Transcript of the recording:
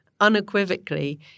unequivocally